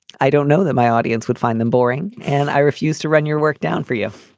i don't know that my audience would find them boring and i refuse to run your work down for you